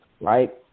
right